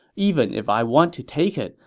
even if i want to take it,